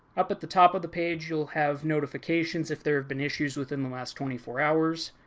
up at the top of the page you'll have notifications, if there have been issues within the last twenty four hours.